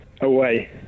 Away